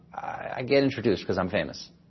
i get introduced because i'm famous.